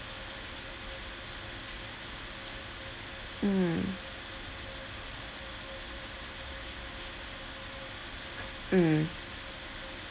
mm mm